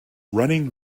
running